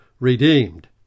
Redeemed